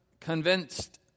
convinced